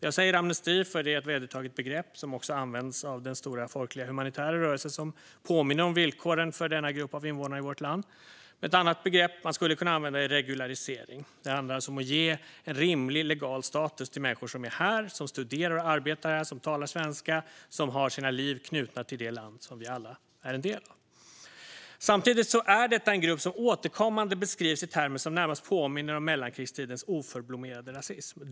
Jag säger amnesti för att det är ett vedertaget begrepp som också används av den stora, folkliga, humanitära rörelse som påminner om villkoren för denna grupp av invånare i vårt land. Ett annat begrepp man skulle kunna använda är regularisering. Det handlar alltså om att ge en rimlig legal status till människor som är här, som studerar och arbetar här, som talar svenska och som har sina liv knutna till det land som vi alla är en del av. Samtidigt är detta en grupp som återkommande beskrivs i termer som närmast påminner om mellankrigstidens oförblommerade rasism.